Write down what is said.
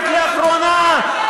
רק לאחרונה,